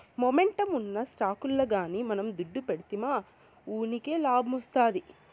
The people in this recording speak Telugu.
మొమెంటమ్ ఉన్న స్టాకుల్ల గానీ మనం దుడ్డు పెడ్తిమా వూకినే లాబ్మొస్తాది